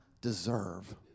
deserve